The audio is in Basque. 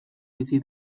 bizi